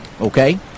Okay